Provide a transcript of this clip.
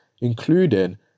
including